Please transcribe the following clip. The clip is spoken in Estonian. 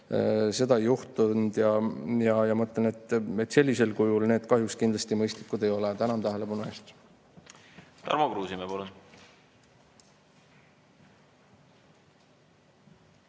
seda ei juhtunud. Ma ütlen, et sellisel kujul need kahjuks kindlasti mõistlikud ei ole. Tänan tähelepanu eest! Tarmo Kruusimäe,